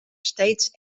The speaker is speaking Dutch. steeds